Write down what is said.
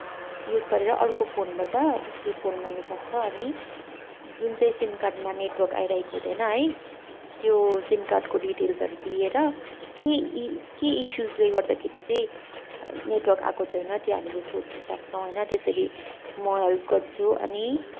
use गरेर अर्को फोनबाट उसले फोन गर्न सक्छ अनि जुन चाहिँ सिम कार्डमा नेटवर्क आइरहेको हुँदैन है त्यो सिम कार्डको डिटेल्सहरू दिएर के के इस्युजिले गर्दाखेरि चाहिँ नेटवर्क आएको छैन त्यो हामीले सोध्न सक्छौँ होइन त्यसरी म हेल्प गर्छु अनि